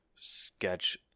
sketch